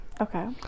okay